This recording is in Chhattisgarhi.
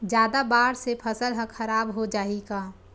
जादा बाढ़ से फसल ह खराब हो जाहि का?